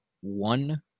one